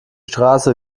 straße